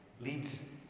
leads